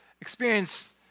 experience